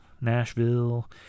Nashville